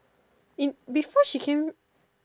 if before she came